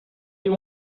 you